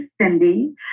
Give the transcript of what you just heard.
Cindy